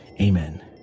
Amen